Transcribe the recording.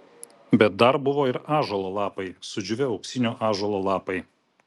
bet dar buvo ir ąžuolo lapai sudžiūvę auksinio ąžuolo lapai